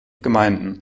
gemeinden